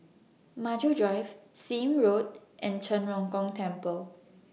Maju Drive Seah Im Road and Zhen Ren Gong Temple